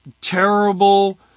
terrible